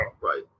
Right